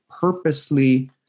purposely